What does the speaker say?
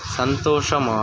சந்தோஷமாக